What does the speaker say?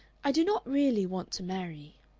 i do not really want to marry.